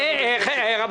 הבנו.